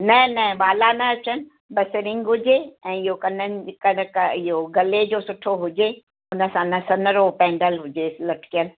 न न वाला न अचनि बसि रिंग हुजे ऐं इहो कननि इहो गले जो सुठो हुजे उनसां न सनरो पेंडल हुजेस लटिकियल